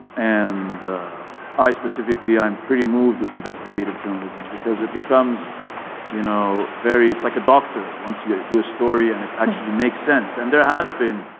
and i specifically i'm pretty moved with investigative journalism because it becomes you know very. it's like a doctor, once you do a story and it actually makes sense and there has been.